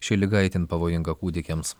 ši liga itin pavojinga kūdikiams